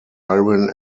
iron